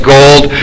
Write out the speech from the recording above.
Gold